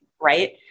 right